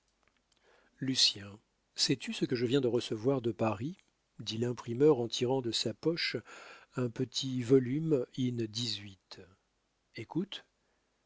lucien sais-tu ce que je viens de recevoir de paris dit l'imprimeur en tirant de sa poche un petit volume in